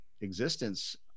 existence